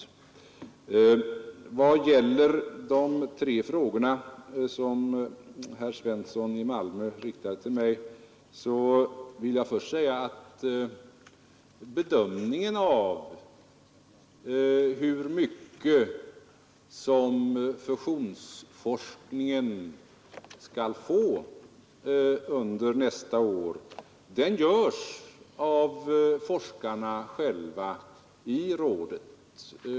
I vad gäller de tre frågor som herr Svensson i Malmö riktade till mig, så vill jag först säga att bedömningen av hur stort belopp fusionsforskningen skall få under nästa år görs av forskarna själva i rådet.